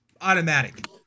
Automatic